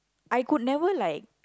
I could never like